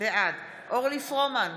בעד אורלי פרומן,